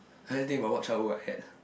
anything about what childhood I had